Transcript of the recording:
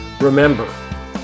remember